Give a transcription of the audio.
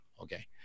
Okay